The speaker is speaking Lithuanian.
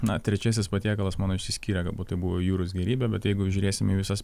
na trečiasis patiekalas mano išsiskyrė galbūt tai buvo jūros gėrybė bet jeigu žiūrėsim į visas